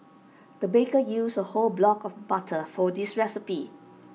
the baker used A whole block of butter for this recipe